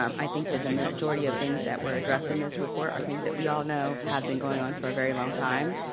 i think that the majority of things that were addressed in this report are things that we all know have been going on for a very long time,